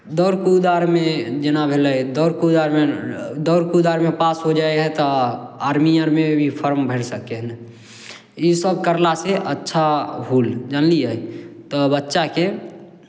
दौड़ कूद आरमे जेना भेलै दौड़ कूद आरमे दौड़ कूद आरमे पास हो जाइ हइ तऽ आर्मी आरमे भी फॉर्म भरि सकै हइ ने इसभ करलासँ अच्छा होल जानलियै तऽ बच्चाकेँ